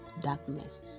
darkness